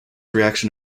reaction